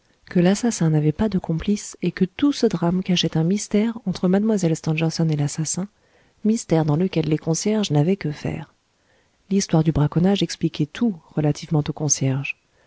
que l'assassin n'avait pas de complice et que tout ce drame cachait un mystère entre mlle stangerson et l'assassin mystère dans lequel les concierges n'avaient que faire l'histoire du braconnage expliquait tout relativement aux concierges